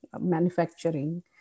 manufacturing